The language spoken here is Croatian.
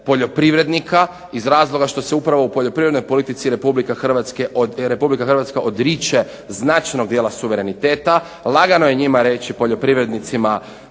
poljoprivrednika, iz razloga što se upravo u poljoprivrednoj politici Republika Hrvatska odriče značajnog dijela suvereniteta, lagano je njima reći poljoprivrednicima